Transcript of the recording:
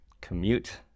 commute